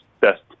best